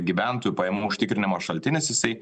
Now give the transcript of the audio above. gyventojų pajamų užtikrinimo šaltinis jisai